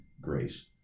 grace